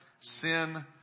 Sin